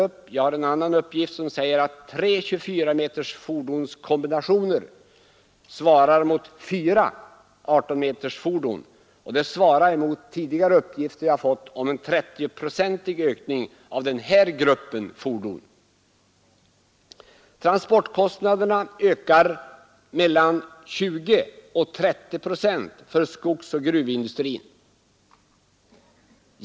Man kan vara försiktigare och säga att tre 24-meterskombinationer svarar mot fyra 18-metersfordon. Det stämmer med tidigare uppgifter jag har fått om en 30-procentig ökning av den här gruppen fordon. Transportkostnaderna ökar med mellan 20 och 30 procent för skogsoch gruvindustrin.